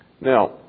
Now